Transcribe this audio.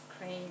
cream